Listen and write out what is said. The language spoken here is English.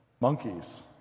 Monkeys